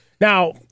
Now